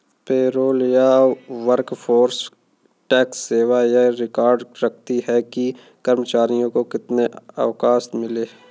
payroll या workforce tax सेवा यह रिकॉर्ड रखती है कि कर्मचारियों को कितने अवकाश मिले